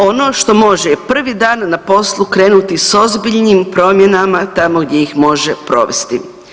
Ono što može je prvi dan na poslu krenuti s ozbiljnim promjenama tamo gdje ih može provesti.